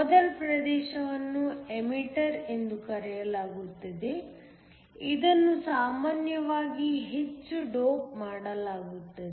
ಮೊದಲ ಪ್ರದೇಶವನ್ನು ಎಮಿಟರ್ ಎಂದು ಕರೆಯಲಾಗುತ್ತದೆ ಇದನ್ನು ಸಾಮಾನ್ಯವಾಗಿ ಹೆಚ್ಚು ಡೋಪ್ ಮಾಡಲಾಗುತ್ತದೆ